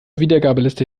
wiedergabeliste